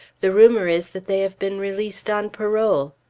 the rumor is that they have been released on parole.